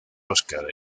oscar